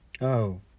Oh